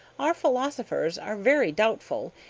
our philosophers are very doubtful,